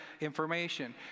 information